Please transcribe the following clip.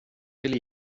ville